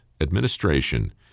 administration